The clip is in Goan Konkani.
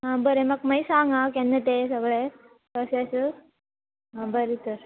आं बरें म्हाका मागीर सांग आं केन्ना ते सगळे प्रोसेस बरें तर